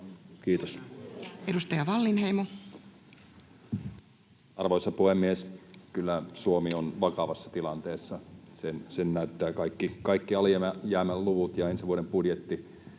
Kiitos. Edustaja Wallinheimo. Arvoisa puhemies! Kyllä Suomi on vakavassa tilanteessa. Sen näyttävät kaikki alijäämäluvut ja ensi vuoden budjetti.